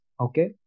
Okay